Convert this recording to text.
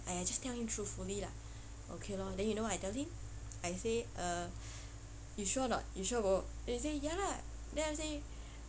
!aiya! just tell him truthfully lah okay lor then you know what I tell him I say uh you sure or not you sure bo then he say ya lah then I say